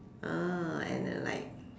uh I don't like